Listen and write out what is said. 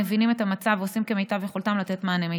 מבינים את המצב ועושים כמיטב יכולתם לתת מענה מיטבי.